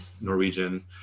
Norwegian